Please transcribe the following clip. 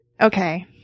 okay